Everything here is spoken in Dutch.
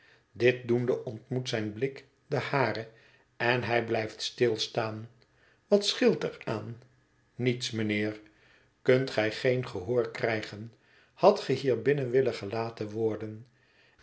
dit doende ontmoet zijn blik den haren en hij blijft stilstaan wat scheelt er aan niets mijnheer kunt gij geen gehoor krijgen hadt ge hier binnen willen gelaten worden